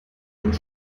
und